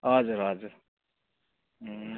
हजुर हजुर